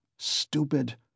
Stupid